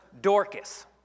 Dorcas